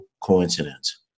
coincidence